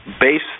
base